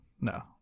No